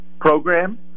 program